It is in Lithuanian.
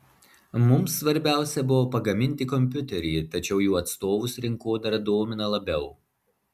mums svarbiausia buvo pagaminti kompiuterį tačiau jų atstovus rinkodara domina labiau